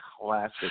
classic